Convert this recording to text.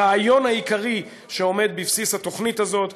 את הרעיון העיקרי שעומד בבסיס התוכנית הזאת.